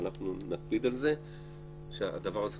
אבל אנחנו נקפיד על זה שהדבר הזה,